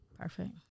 Perfect